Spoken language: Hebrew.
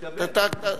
מקבל.